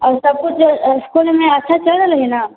और सबकिछु इसकुल मे अच्छा चलि रहलै ह न